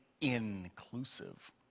inclusive